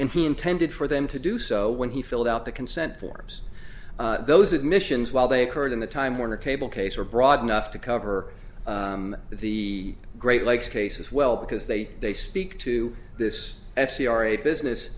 intended for them to do so when he filled out the consent forms those admissions while they occurred in the time warner cable case were broad enough to cover the great lakes case as well because they they speak to this actually are a business